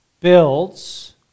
builds